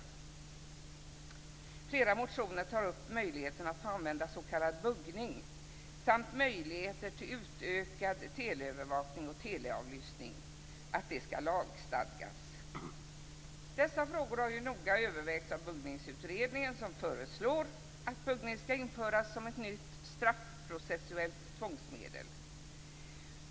I flera motioner tar man upp möjligheten att få använda s.k. buggning samt att möjligheter till utökad teleövervakning och teleavlyssning ska lagstadgas. Dessa frågor har noga övervägts av Buggningsutredningen, som föreslår att buggning ska införas som ett nytt straffprocessuellt tvångsmedel.